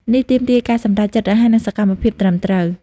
នេះទាមទារការសម្រេចចិត្តរហ័ស និងសកម្មភាពត្រឹមត្រូវ។